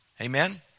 Amen